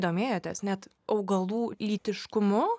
domėjotės net augalų lytiškumu